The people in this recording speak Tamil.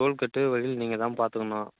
டோல் கேட்டு வழியில் நீங்கள்தான் பார்த்துக்கணும்